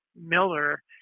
Miller